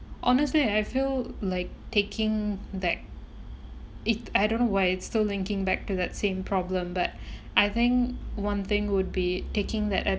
honestly I feel like taking that it I don't know why it's still linking back to that same problem but I think one thing would be taking that